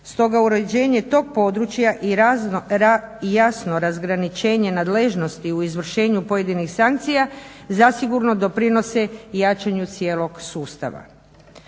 Stoga uređenje tog područja i jasno razgraničenje nadležnosti u izvršenju pojedinih sankcija zasigurno doprinose jačanju cijelog sustava.